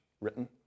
written